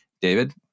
David